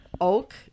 oak